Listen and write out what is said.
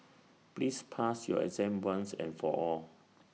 please pass your exam once and for all